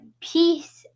peace